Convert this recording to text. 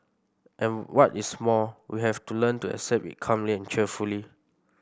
and what is more we have to learn to accept it calmly and cheerfully